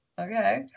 Okay